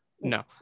no